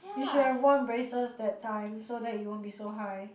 you should have worn braces that time so that you won't be so high